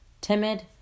timid